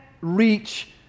reach